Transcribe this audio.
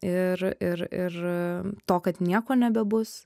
ir ir ir to kad nieko nebebus